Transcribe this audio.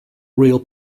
real